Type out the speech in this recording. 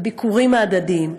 הביקורים ההדדיים,